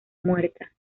muerta